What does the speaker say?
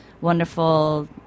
wonderful